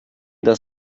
das